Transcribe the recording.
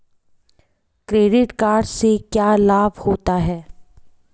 Credit card से क्या क्या लाभ होता है?